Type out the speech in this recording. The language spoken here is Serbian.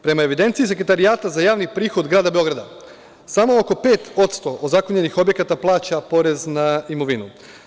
Prema evidenciji Sekretarijata za javni prihod grada Beograda samo oko 5% ozakonjenih objekata plaća porez na imovinu.